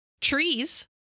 Trees